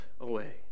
away